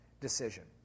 decision